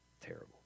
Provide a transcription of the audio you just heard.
terrible